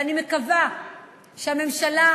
ואני מקווה שהממשלה,